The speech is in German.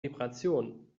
vibration